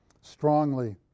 strongly